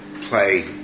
play